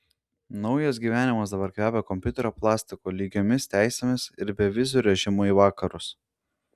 naujas gyvenimas dabar kvepia kompiuterio plastiku lygiomis teisėmis ir beviziu režimu į vakarus